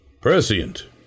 prescient